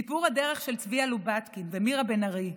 סיפור הדרך של צביה לובטקין ומירה בן ארי,